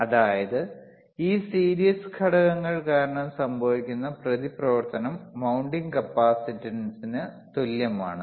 അതായത് ഈ സീരീസ് ഘടകങ്ങൾ കാരണം സംഭവിക്കുന്ന പ്രതിപ്രവർത്തനം മൌണ്ടിംഗ് കപ്പാസിറ്ററിന് തുല്യമാണ്